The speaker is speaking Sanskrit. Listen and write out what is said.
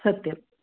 सत्यम्